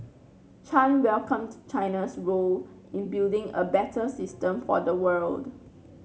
Chan welcomed China's role in building a better system for the world